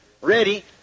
ready